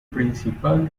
principal